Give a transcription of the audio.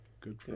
good